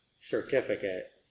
certificate